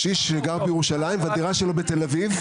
כי אם למשל הוא איש קשיש שגר בירושלים אבל הדירה שלו בתל אביב,